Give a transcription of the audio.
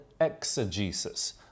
exegesis